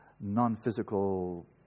non-physical